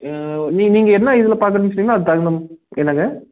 நீங்கள் இங்கே என்ன இதில் பார்க்றேன்னு சொன்னீங்கன்னால் அதுக்குத் தகுந்த என்னங்க